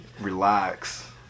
Relax